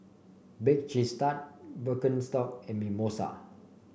Bake Cheese Tart Birkenstock and Mimosa